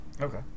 Okay